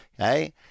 okay